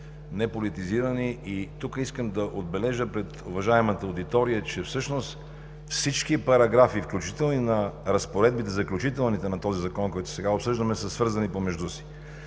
неполитизирани. Тук искам да отбележа пред уважаемата аудитория, че всъщност всички параграфи, включително и на „Заключителните разпоредби“ на този Закон, който сега обсъждаме, са свързани помежду си.